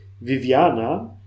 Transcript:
Viviana